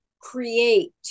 create